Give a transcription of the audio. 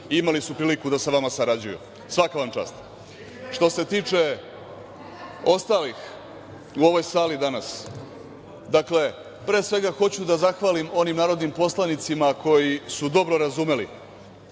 imali su priliku da sa vama sarađuju. Svaka vam čast. Što se tiče ostalih u ovoj sali danas, pre svega hoću da zahvalim onim narodnim poslanicima koji su dobro razumeli